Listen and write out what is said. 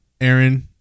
aaron